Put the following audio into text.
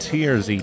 Tears